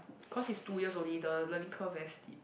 cause is two years only the learning curve very steep